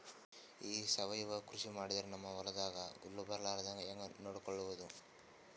ಈ ಸಾವಯವ ಕೃಷಿ ಮಾಡದ್ರ ನಮ್ ಹೊಲ್ದಾಗ ಹುಳ ಬರಲಾರದ ಹಂಗ್ ನೋಡಿಕೊಳ್ಳುವುದ?